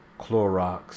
Clorox